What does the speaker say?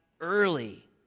early